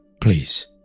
Please